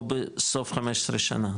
או בסוף 15 שנה?